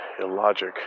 illogic